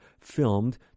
filmed